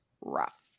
rough